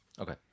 Okay